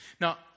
Now